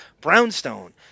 Brownstone